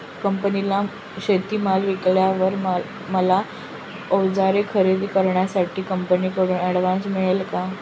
कंपनीला शेतीमाल विकल्यावर मला औजारे खरेदी करण्यासाठी कंपनीकडून ऍडव्हान्स मिळेल का?